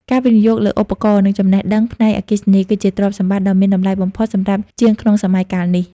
ការវិនិយោគលើឧបករណ៍ និងចំណេះដឹងផ្នែកអគ្គិសនី គឺជាទ្រព្យសម្បត្តិដ៏មានតម្លៃបំផុតសម្រាប់ជាងក្នុងសម័យកាលនេះ។